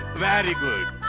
very good.